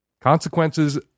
Consequences